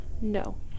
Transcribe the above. no